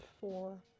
four